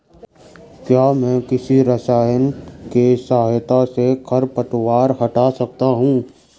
क्या मैं किसी रसायन के सहायता से खरपतवार हटा सकता हूँ?